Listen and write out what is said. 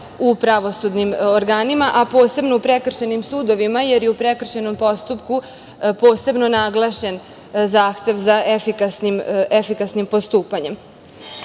u pravosudnim organima, a posebno u prekršajnim sudovima, jer je u prekršajnom postupku posebno naglašen zahtev za efikasnim postupanjem. Opšte